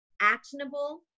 actionable